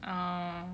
oh